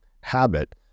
habit